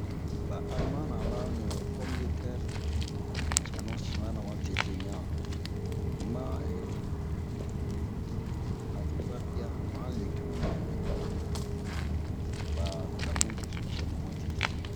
Ba almana ba onni ho pom-de-tɛr cɛnu sin ba na ma tete ɲan ma han vɛwa biya ma legum na ba damu beso cɛnu ma tete